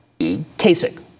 Kasich